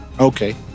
Okay